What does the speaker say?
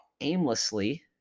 aimlessly